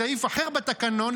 מסעיף אחר בתקנון,